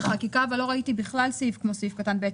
אבל בחקיקה לא ראיתי בכלל סעיף כמו סעיף קטן (ב),